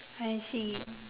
I see